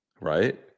Right